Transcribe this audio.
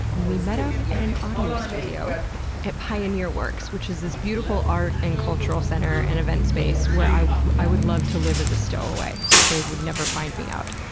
and we met up at an audio studio at pioneer works, which is this beautiful art and cultural center and event space where i i would love to live as a stowaway if they would never find me out.